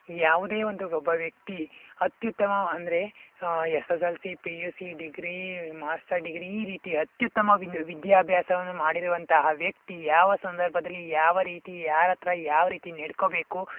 ಯಾವುದೇ ಒಂದು ಒಬ್ಬ ವ್ಯಕ್ತಿ ಅತ್ಯುತ್ತಮ ಅಂದರೆ S S L C P U C degree master degree ಈ ರೀತಿ ಅತ್ಯುತ್ತಮ ವಿದ್ ವಿದ್ಯಾಭ್ಯಾಸವನ್ನು ಮಾಡಿರುವಂತಹ ವ್ಯಕ್ತಿ ಯಾವ ಸಂದರ್ಭದಲ್ಲಿ ಯಾವ ರೀತಿ ಯಾರ ಹತ್ರ ಯಾವ ರೀತಿ ನಡ್ಕೋಬೇಕು